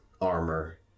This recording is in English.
armor